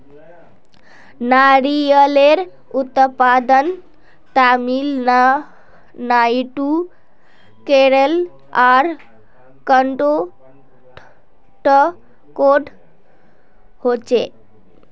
नारियलेर उत्पादन तामिलनाडू केरल आर कर्नाटकोत होछे